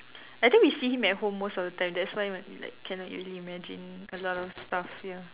I think we see him at home most of the time that's why we like cannot really imagine a lot of stuff ya